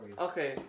Okay